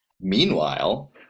meanwhile